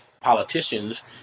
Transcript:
Politicians